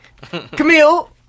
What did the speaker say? Camille